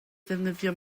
defnyddio